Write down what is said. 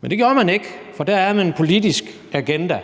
Men det gjorde man ikke, for der er en politisk agenda,